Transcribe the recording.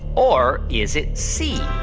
or is it c,